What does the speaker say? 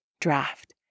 draft